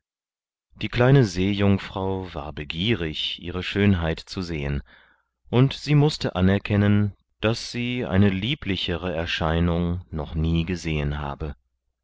die kleine seejungfrau war begierig ihre schönheit zu sehen und sie mußte anerkennen daß sie eine lieblichere erscheinung noch nie gesehen habe